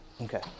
okay